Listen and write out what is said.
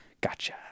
Gotcha